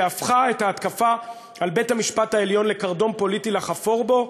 שהפכה את ההתקפה על בית-המשפט העליון לקרדום פוליטי לחפור בו,